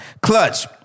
Clutch